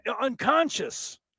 Unconscious